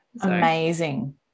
amazing